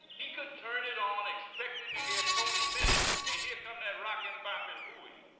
he could turn it on expecting to hear tony bennett, and here come that rock-and-boppin' hooey.